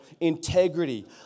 integrity